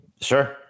Sure